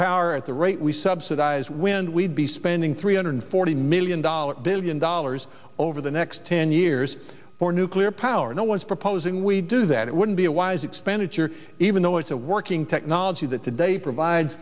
power at the rate we subsidize wind we'd be spending three hundred forty million dollars billion dollars over the next ten years for nuclear power no one is proposing we do that it wouldn't be a wise expenditure even though it's a working technology that today provides